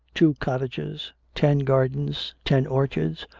two cottages, ten gardens, ten orchards,